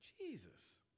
Jesus